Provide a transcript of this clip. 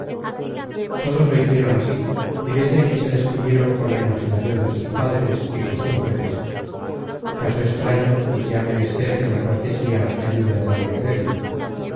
todos lo hicieron así y desde allí se despidieron con la imaginacion de sus padres hijos y mujeres caso extraño y que ha menester que la cortesía ayude á darle crédito